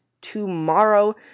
tomorrow